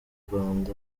rwanda